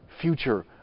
future